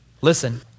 Listen